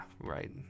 Right